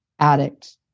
addict